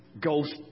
Ghost